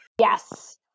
yes